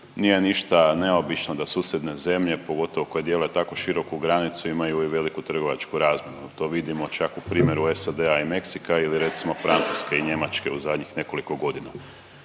Nije ništa neobično da susjedne zemlje pogotovo koje dijele tako široku granicu imaju i veliku trgovačku razmjenu, to vidimo čak u primjeru SAD-a i Meksika ili recimo Francuske i Njemačke u zadnjih nekoliko godina.